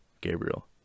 Gabriel